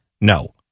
No